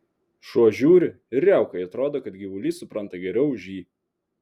šuo žiūri ir riaukai atrodo kad gyvulys supranta geriau už jį